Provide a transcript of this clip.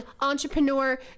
entrepreneur